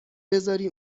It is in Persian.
بزاری